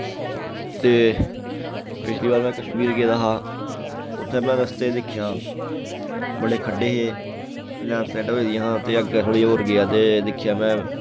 ते पिछली बार में कश्मीर गेदा हा उत्थै में रस्ते दिक्खेआ बड़े खड्डे हे लैंडस्लाडां होई दियां हियां ते अग्गै थोह्ड़ीे होर गेआ ते दिक्खेआ में